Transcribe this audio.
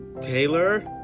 Taylor